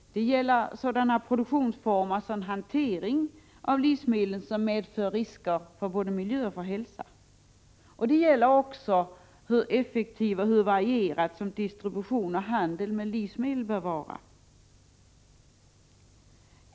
Det gäller sådana produktionsformer och hantering av livsmedlen som medför risker för både miljö och hälsa. Det gäller också hur effektiv och varierad som distribution och handel med livsmedel bör vara.